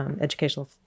educational